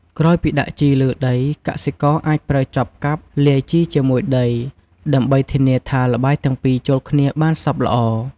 ក្រោយពីដាក់ជីលើដី កសិករអាចប្រើចបកាប់លាយជីជាមួយដី ដើម្បីធានាថាល្បាយទាំងពីរចូលគ្នាបានសព្វល្អ។